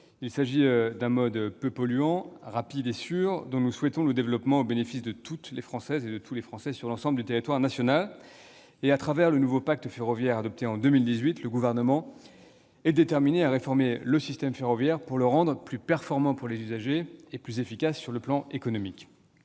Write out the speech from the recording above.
Il s'agit d'un mode peu polluant, rapide et sûr, dont nous souhaitons le développement au bénéfice de toutes les Françaises et de tous les Français sur l'ensemble du territoire national. À travers le nouveau pacte ferroviaire adopté en 2018, le Gouvernement est déterminé à réformer le système ferroviaire, pour le rendre plus performant pour les usagers et plus efficace sur le plan économique.